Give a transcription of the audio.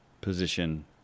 position